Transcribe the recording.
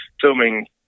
filming